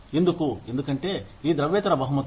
ఎందుకు ఎందుకంటే ఈ ద్రవ్యేతర బహుమతులు